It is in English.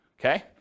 Okay